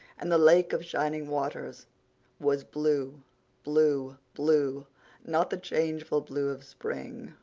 and the lake of shining waters was blue blue blue not the changeful blue of spring,